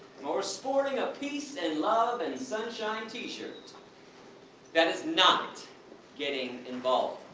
or sporting a peace and love and sunshine t-shirt that is not getting involved!